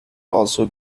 also